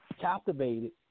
captivated